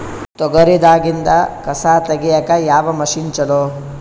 ತೊಗರಿ ದಾಗಿಂದ ಕಸಾ ತಗಿಯಕ ಯಾವ ಮಷಿನ್ ಚಲೋ?